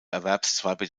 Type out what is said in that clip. erwerbszweige